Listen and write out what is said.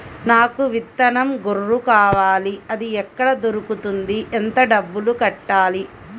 నాకు విత్తనం గొర్రు కావాలి? అది ఎక్కడ దొరుకుతుంది? ఎంత డబ్బులు కట్టాలి?